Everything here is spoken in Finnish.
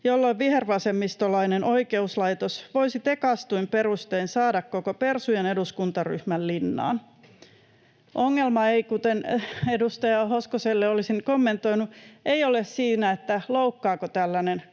jolloin vihervasemmistolainen oikeuslaitos voisi tekaistuin perustein saada koko persujen eduskuntaryhmän linnaan.” Ongelma ei — edustaja Hoskoselle olisin kommentoinut — ole siinä, loukkaako tällainen kommentti